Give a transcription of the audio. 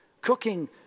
cooking